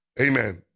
Amen